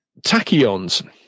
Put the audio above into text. tachyons